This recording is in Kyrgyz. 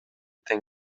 тең